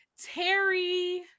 Terry